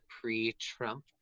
pre-Trump